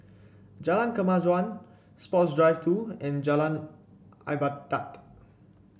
Jalan Kemajuan Sports Drive Two and Jalan Ibadat